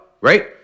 right